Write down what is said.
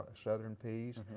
ah southern peas.